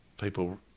people